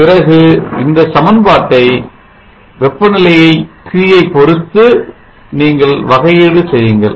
பிறகு இந்த சமன்பாட்டை வெப்பநிலையைப் T பொறுத்து நீங்கள் வகையீடு செய்யுங்கள்